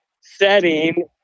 setting